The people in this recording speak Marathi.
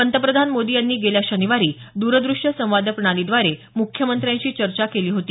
पंतप्रधान मोदी यांनी गेल्या शनिवारी दूर दृष्य संवाद प्रणालीद्वारे मुख्यमंत्र्यांशी चर्चा केली होती